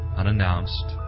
unannounced